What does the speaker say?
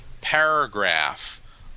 paragraph